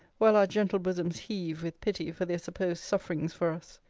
while our gentle bosoms heave with pity for their supposed sufferings for us!